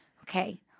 okay